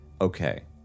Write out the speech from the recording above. Okay